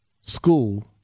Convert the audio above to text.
school